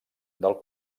del